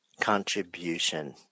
Contribution